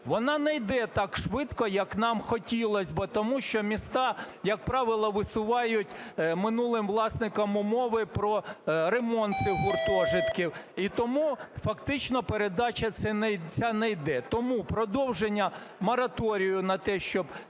Вона не йде так швидко, як нам хотілось. Тому що міста, як правило, висувають минулим власникам умови про ремонт цих гуртожитків. І тому фактично передача ця не йде. Тому продовження мораторію на те, щоб